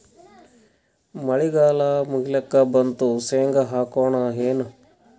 ಮಳಿಗಾಲ ಮುಗಿಲಿಕ್ ಬಂತು, ಶೇಂಗಾ ಹಾಕೋಣ ಏನು?